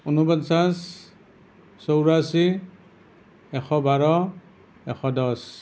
ঊনপঞ্চাশ চৌৰাশী এশ বাৰ এশ দহ